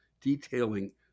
detailing